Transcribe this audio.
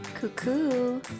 Cuckoo